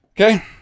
Okay